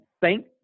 thank